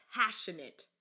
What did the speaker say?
passionate